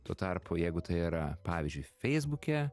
tuo tarpu jeigu tai yra pavyzdžiui feisbuke